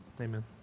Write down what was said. Amen